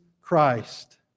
Christ